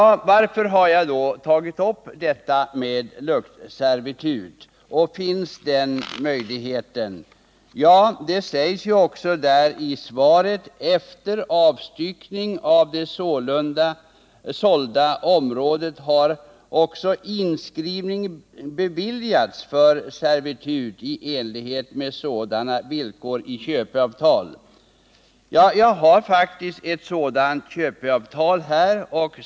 Varför har jag då tagit upp frågan om luktservitut och möjligheterna till ett sådant? Ja, det sägs i svaret: ”Efter avstyckning av det sålda området har också inskrivning beviljats för servitut i enlighet med sådant villkor i köpeavtal.” Jag har faktiskt ett sådant köpeavtal här.